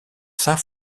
saint